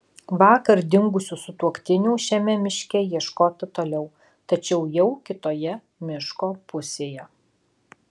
vakar dingusių sutuoktinių šiame miške ieškota toliau tačiau jau kitoje miško pusėje